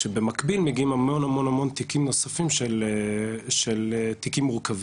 כשבמקביל מגיעים המון המון המון תיקים נוספים של תיקים מורכבים.